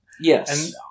Yes